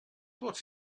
what